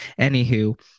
Anywho